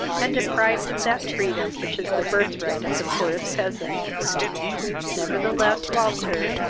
and deprived of that freedom which is the birthright of the poorest peasant nevertheless walter,